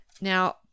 Now